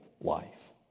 life